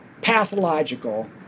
pathological